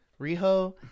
Riho